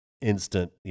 instant